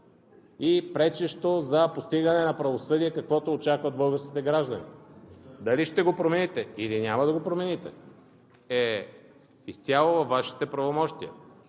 и пречещо за постигане на правосъдие, каквото очакват българските граждани. Дали ще го промените, или няма да го промените е изцяло във Вашите правомощия.